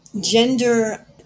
gender